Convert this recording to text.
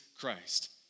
Christ